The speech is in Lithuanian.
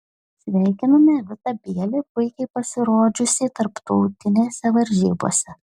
sveikiname vitą bielį puikiai pasirodžiusį tarptautinėse varžybose